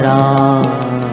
Ram